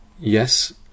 yes